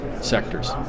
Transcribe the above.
sectors